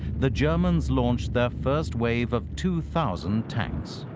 the germans launched their first wave of two thousand tanks.